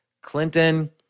Clinton